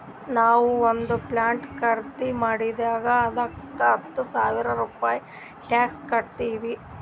ನಾವು ಒಂದ್ ಪ್ಲಾಟ್ ಖರ್ದಿ ಮಾಡಿದಾಗ್ ಅದ್ದುಕ ಹತ್ತ ಸಾವಿರ ರೂಪೆ ಟ್ಯಾಕ್ಸ್ ಕಟ್ಟಿವ್